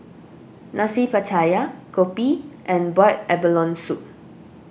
Nasi Pattaya Kopi and Boiled Abalone Soup